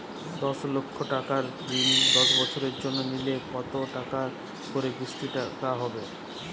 দশ লক্ষ টাকার ঋণ দশ বছরের জন্য নিলে কতো টাকা করে কিস্তির টাকা হবে?